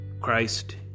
Christ